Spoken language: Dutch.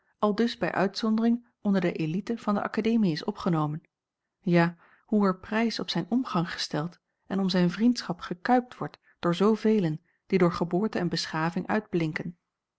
aldus bij uitzondering onder de élite van de akademie is opgenomen ja hoe er prijs op zijn omgang gesteld en om zijn vriendschap gekuipt wordt door zoovelen die door geboorte en beschaving uitblinken